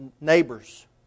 neighbors